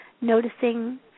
noticing